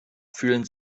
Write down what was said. fühlen